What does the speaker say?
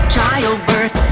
Childbirth